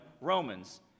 Romans